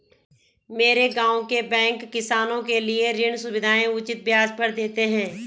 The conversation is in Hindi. मेरे गांव के बैंक किसानों के लिए ऋण सुविधाएं उचित ब्याज पर देते हैं